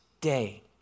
day